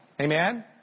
Amen